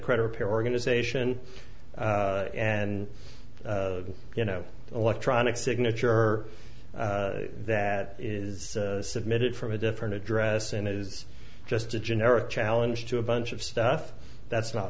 credit repair organization and you know electronic signature that is submitted from a different address and it is just a generic challenge to a bunch of stuff that's not